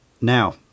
Now